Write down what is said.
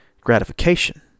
gratification